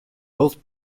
built